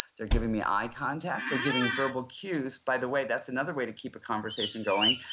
they're giving me eye contact, they're giving verbal cues by the way, that's another way to keep a conversation going,